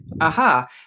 aha